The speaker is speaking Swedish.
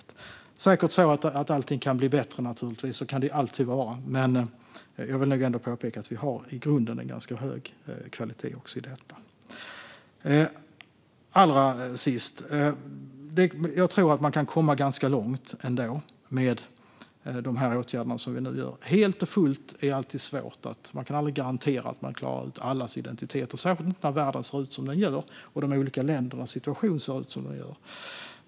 Det är säkert så att allting kan bli bättre, och så kan det naturligtvis alltid vara. Men jag vill nog ändå påpeka att vi i grunden har en ganska hög kvalitet också i detta. Allra sist: Jag tror att man ändå kan komma ganska långt med de åtgärder som vi nu föreslår. Man kan aldrig garantera att man klarar ut allas identiteter, särskilt inte när världen ser ut som den gör och de olika ländernas situationer ser ut som de gör.